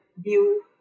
view